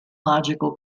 logical